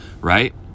right